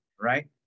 right